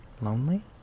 lonely